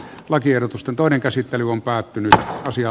lakiehdotusten toinen käsittely on päättynyt ja asia